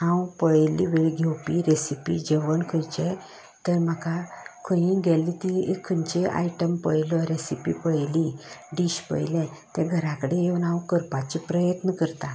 हांव पळयल्ली वेळ घेवपी रेसिपी जेवण खंयचें तर म्हाका खंयूय गेलें की एक खंयचें आयटम पळयलो रेसिपी पळयली डिश पलयलें तें घरां कडेन येवन हांव करपाचें प्रयत्न करतां